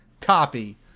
copy